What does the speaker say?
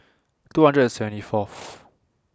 two hundred and seventy forth